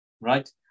right